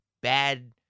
bad